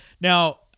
Now